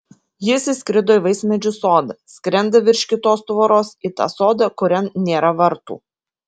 jis įskrido į vaismedžių sodą skrenda virš kitos tvoros į tą sodą kurian nėra vartų